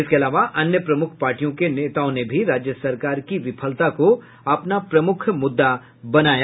इसके अलावा अन्य प्रमुख पार्टियों के नेताओं ने भी राज्य सरकार के विफलता को अपना प्रमुख मुद्दा बनाया